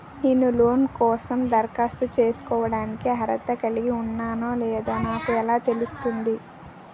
నేను లోన్ కోసం దరఖాస్తు చేసుకోవడానికి అర్హత కలిగి ఉన్నానో లేదో నాకు ఎలా తెలుస్తుంది?